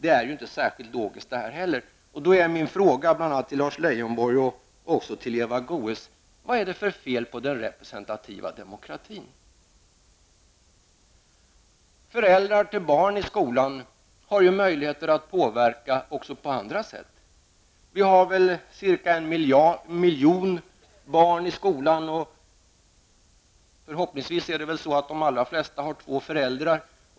Det är inte särskilt logiskt det heller. Min fråga till bl.a. Lars Leijonborg och Eva Goe s är: Vad är det för fel på den representativa demokratin? Föräldrarna till barn i skolan har möjligheter att påverka också på andra sätt. Vi har ca 1 miljon barn i skolan. Förhoppningsvis har de allra flesta två föräldrar.